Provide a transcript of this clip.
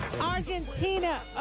Argentina